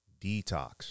detox